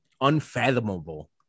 unfathomable